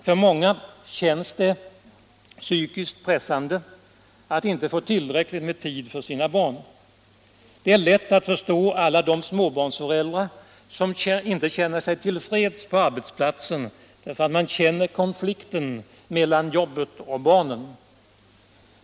För många känns det psykiskt pressande att inte få tillräckligt med tid för sina barn. Det är lätt att förstå alla de småbarnsföräldrar som inte känner sig till freds på arbetsplatsen därför att de känner konflikten mellan jobbet och barnen.